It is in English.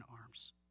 arms